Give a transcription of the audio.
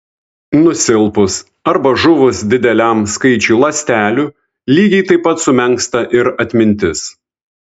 nusilpus arba žuvus dideliam skaičiui ląstelių lygiai taip pat sumenksta ir atmintis